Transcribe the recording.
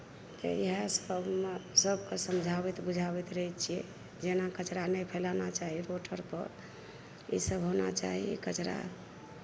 तऽ इहै सब मऽ सब कऽ समझाबैत बुझाबैत रहै छियै जे एना कचरा नहि फैलाना चाही रोड आर पर ई सब होना चाही कचरा